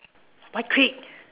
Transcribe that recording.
why quick